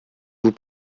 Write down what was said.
vous